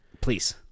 please